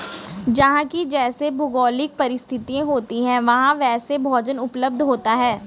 जहां की जैसी भौगोलिक परिस्थिति होती है वहां वैसा भोजन उपलब्ध होता है